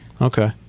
okay